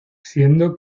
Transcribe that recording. siendo